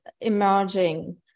emerging